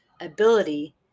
ability